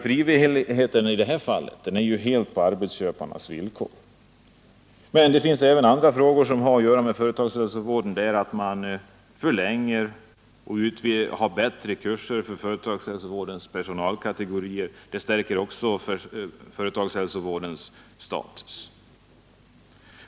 Frivilligheten i detta fall är helt på arbetsköparnas villkor. Det finns även andra frågor som har att göra med företagshälsovården. Man måste förlänga och förbättra kurserna för företagshälsovårdens personalkategorier — det stärker också företagshälsovårdens status.